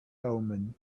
omen